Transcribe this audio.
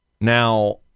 Now